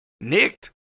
Nicked